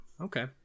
Okay